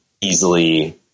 easily